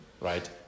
right